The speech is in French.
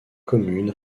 commune